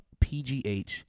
Pgh